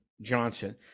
Johnson